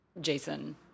Jason